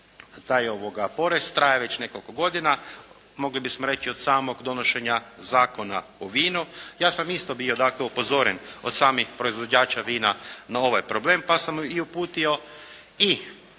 taj porez traje već nekoliko godina, mogli bismo reći od samog donošenja Zakona o vinu. Ja sam isto bio upozoren od samih proizvođača vina na ovaj problem pa sam uputio